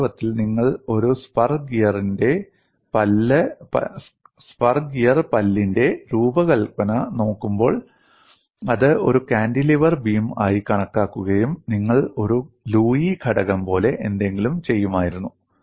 വാസ്തവത്തിൽ നിങ്ങൾ ഒരു സ്പർ ഗിയർ പല്ലിന്റെ രൂപകൽപ്പന നോക്കുമ്പോൾ അത് ഒരു കാന്റിലിവർ ബീം ആയി കണക്കാക്കുകയും നിങ്ങൾ ഒരു ലൂയി ഘടകം പോലെ എന്തെങ്കിലും ചെയ്യുമായിരുന്നു